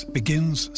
begins